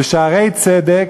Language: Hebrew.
ב"שערי צדק"